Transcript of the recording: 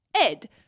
Ed